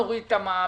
נוריד את המע"מ,